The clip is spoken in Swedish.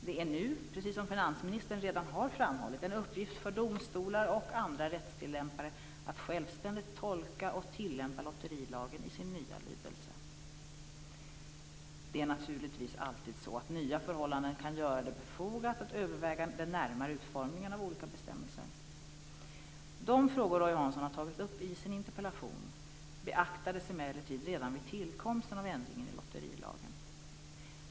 Det är nu, precis som finansministern redan har framhållit, en uppgift för domstolar och andra rättstillämpare att självständigt tolka och tillämpa lotterilagen i sin nya lydelse. Det är naturligtvis alltid så att nya förhållanden kan göra det befogat att överväga den närmare utformningen av olika bestämmelser. De frågor som Roy Hansson har tagit upp i sin interpellation beaktades emellertid redan vid tillkomsten av ändringen i lotterilagen.